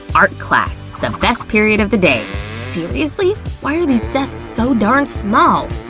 art class, the best period of the day. seriously? why are these desks so darn small!